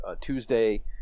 Tuesday